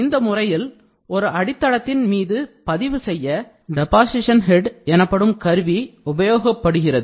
இந்த முறையில் ஒரு அடித்தளத்தின் மீது பதிவு செய்ய டெபாசிஷன் ஹெட் எனப்படும் கருவி உபயோகப்படுகிறது